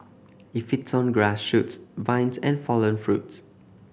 it feeds on grass shoots vines and fallen fruits